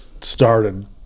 started